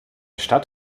stadt